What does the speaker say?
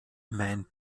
mein